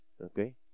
okay